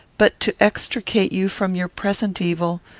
but to extricate you from your present evil,